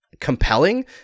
compelling